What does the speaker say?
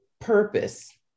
purpose